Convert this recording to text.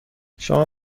شما